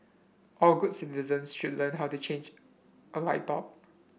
all good citizens should learn how to change a light bulb